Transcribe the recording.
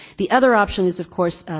the other options, of course,